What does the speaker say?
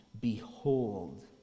Behold